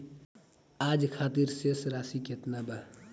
आज खातिर शेष राशि केतना बा?